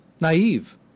naive